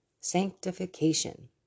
sanctification